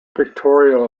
pictorial